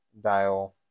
dial